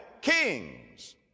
kings